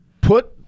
put